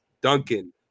Duncan